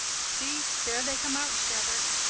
see, there they come out together!